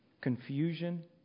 confusion